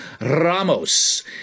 Ramos